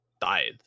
died